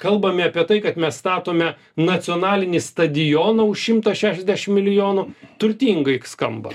kalbame apie tai kad mes statome nacionalinį stadioną už šimtą šešiasdešimt milijonų turtingai skamba